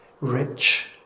rich